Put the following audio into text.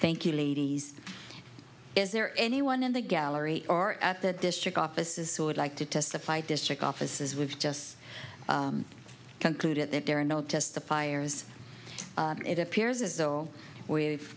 thank you ladies is there anyone in the gallery or at the district office is sort of like to testify district offices we've just concluded that there are no testifiers it appears as though we've